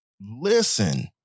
listen